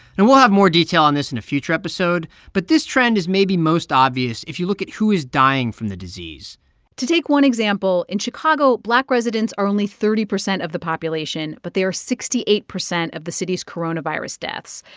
and we'll have more detail on this in a future episode, but this trend is maybe most obvious if you look at who is dying from the disease to take one example, in chicago, black residents are only thirty percent of the population, but they are sixty eight percent of the city's coronavirus deaths.